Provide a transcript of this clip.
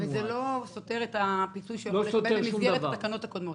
וזה לא סותר את הפיצוי שהוא מקבל במסגרת התקנות הקודמות.